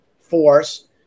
force